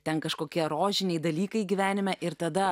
ten kažkokie rožiniai dalykai gyvenime ir tada